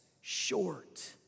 short